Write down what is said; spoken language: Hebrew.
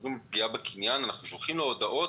מדברים על פגיעה בקניין אנחנו שולחים לו הודעות,